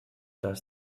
does